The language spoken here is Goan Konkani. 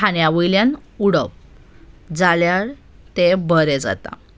खांद्या वयल्यान उडप जाल्यार तें बरें जाता